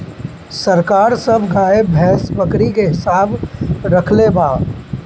सरकार सब गाय, भैंस, बकरी के हिसाब रक्खले बा